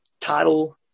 title